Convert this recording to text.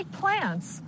plants